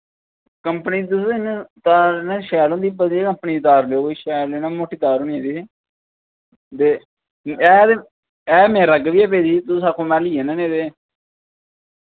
company इ'यां तार इ'यां शैल होंदी बधिया कंपनी दी तार लैओ कोई शैल इ'यां मोटी तार होनी चाहिदी ते है ते है मेरे अग्गै बी ऐ पेई दी तुस आक्खो मैं ली औना निं ते